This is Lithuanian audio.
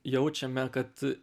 jaučiame kad